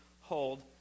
hold